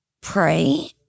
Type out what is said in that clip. pray